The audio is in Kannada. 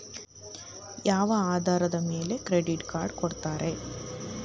ಯಾವ ಆಧಾರದ ಮ್ಯಾಲೆ ಕ್ರೆಡಿಟ್ ಕಾರ್ಡ್ ಕೊಡ್ತಾರ?